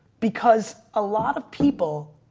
because a lot of people